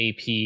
AP